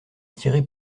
tirer